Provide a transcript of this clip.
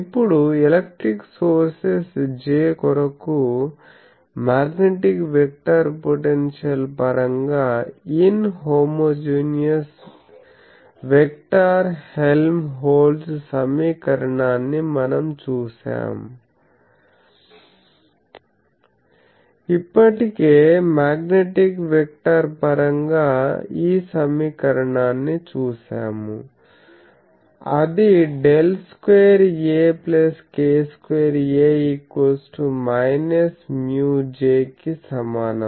ఇప్పుడు electric sources J కొరకు magnetic vector potential పరంగా ఇన్ హోమోజీనియస్ వెక్టార్ హెల్మ్హోల్ట్జ్ సమీకరణాన్ని మనం చూశాం ఇప్పటి కే మాగ్నెటిక్ వెక్టర్ పరంగా ఈ సమీకరణాన్ని చూశాము అది ∇2 Ak2A μJ కి సమానం